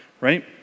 right